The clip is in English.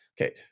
Okay